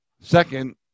Second